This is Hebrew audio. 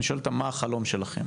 אני שואל אותם מה החלום שלהם.